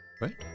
right